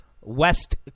West